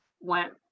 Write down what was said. went